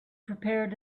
prepared